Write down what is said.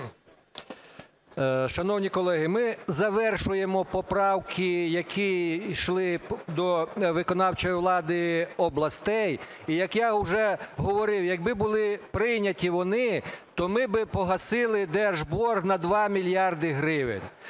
Шановні колеги, ми завершуємо поправки, які йшли до виконавчої влади областей. І як я вже говорив, якби були прийняті вони, то ми би погасили держборг на 2 мільярди гривень.